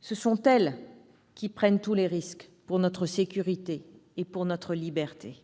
Ce sont elles qui prennent tous les risques, pour notre sécurité et pour notre liberté.